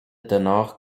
danach